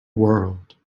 world